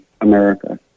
America